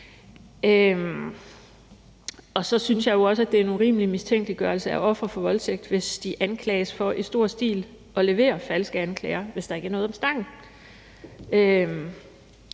Så synes jeg jo også, at det er en urimelig mistænkeliggørelse af ofre for voldtægt, hvis de anklages for i stor stil at levere falske anklager, hvis der ikke er noget om snakken.